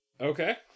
Okay